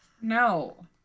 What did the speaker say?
No